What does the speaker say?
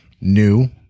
new